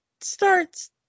starts